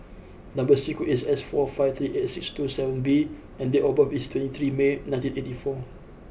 number sequence is S four five three eight six two seven B and date of birth is twenty three May nineteen eighty four